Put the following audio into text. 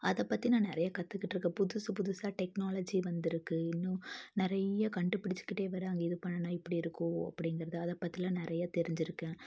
அதைப் பற்றி நான் நிறைய கற்றுகிட்ருக்கேன் புதுசு புதுசாக டெக்னாலஜி வந்துருக்குது இன்னும் நிறைய கண்டுபிடிச்சிக்கிட்டே வராங்க இது பண்ணுனால் இப்படி இருக்கும் அப்படிங்கிறது அதைப் பற்றிலாம் நிறைய தெரிஞ்சுருக்கேன்